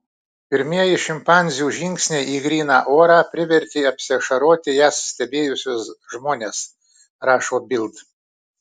pirmieji šimpanzių žingsniai į gryną orą privertė apsiašaroti jas stebėjusius žmones rašo bild